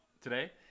Today